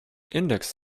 index